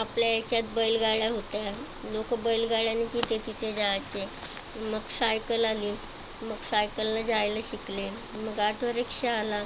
आपल्या याच्यात बैलगाड्या होत्या लोक बैलगाड्यांनी कुठे कुठे जायचे आणि मग सायकल आली मग सायकलनी जायला शिकले मग ऑटो रिक्षा आला